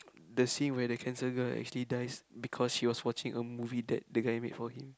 the scene where the cancer girl actually dies because she was watching a movie that the guy made for him